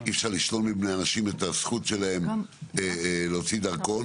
אי אפשר לשלול מאנשים את הזכות להוציא דרכון.